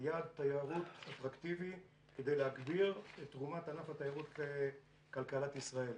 כיעד תיירות אטרקטיבי כדי להגביר את תרומת ענף התיירות לכלכלת ישראל.